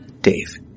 Dave